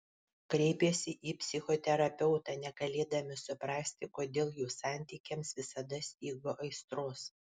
kreipėsi į psichoterapeutą negalėdami suprasti kodėl jų santykiams visada stigo aistros